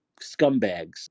scumbags